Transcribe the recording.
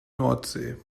nordsee